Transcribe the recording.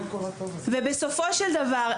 ובסופו של דבר,